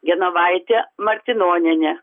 genovaitė martinonienė